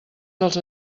dels